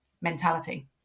mentality